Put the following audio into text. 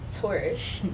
tourist